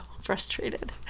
frustrated